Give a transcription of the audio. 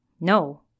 No